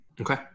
Okay